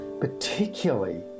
particularly